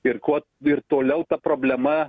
ir kuo ir toliau ta problema